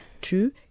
Two